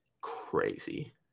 crazy